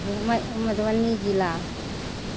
मय मधुबनी जिला